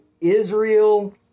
Israel